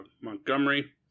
Montgomery